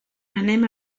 anem